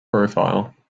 profile